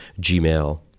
Gmail